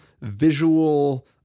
visual